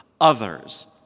others